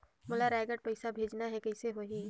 मोला रायगढ़ पइसा भेजना हैं, कइसे होही?